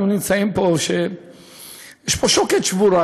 אנחנו נמצאים פה במצב שיש פה שוקת שבורה,